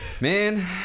Man